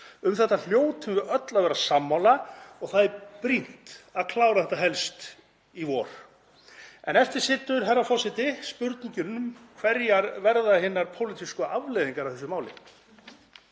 Um þetta hljótum við öll að vera sammála og það er brýnt að klára þetta helst í vor. En eftir stendur, herra forseti, spurningin um hverjar verða hinar pólitísku afleiðingar af þessu máli.